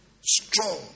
strong